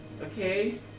Okay